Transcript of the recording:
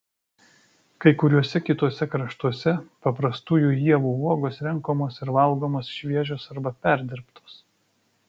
kai kuriuose kituose kraštuose paprastųjų ievų uogos renkamos ir valgomos šviežios arba perdirbtos